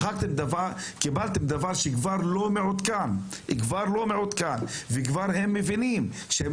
קיבלתם דבר שהוא כבר לא מעודכן וכבר הם מבינים שהם